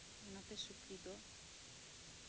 ᱚᱱᱟᱛᱮ ᱥᱩᱠᱨᱤ ᱫᱚ